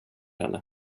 henne